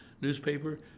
newspaper